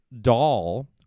doll